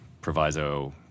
proviso